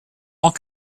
i’ll